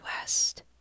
west